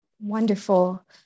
Wonderful